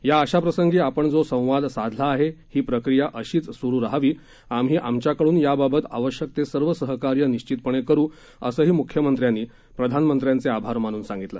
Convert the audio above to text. या अशा प्रसंगी आपण जो संवाद साधला आहे ही प्रक्रिया अशीच सुरु रहावी आम्ही आमच्याकडून याबाबत आवश्यक ते सर्व सहकार्य निश्वितपणे करू असंही मुख्यमंत्र्यांनी पंतप्रधानांचे आभार मानून सांगितलं